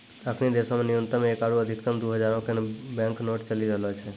अखनि देशो मे न्यूनतम एक आरु अधिकतम दु हजारो के बैंक नोट चलि रहलो छै